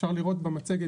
אפשר לראות במצגת,